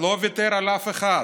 לא ויתר על אף אחת.